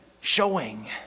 showing